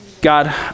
God